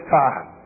time